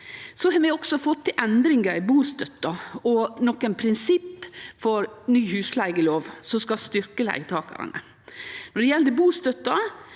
Vi har også fått til endringar i bustøtta og nokre prinsipp for ny husleigelov som skal styrkje leigetakarane. Når det gjeld bustøtta,